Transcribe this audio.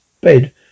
bed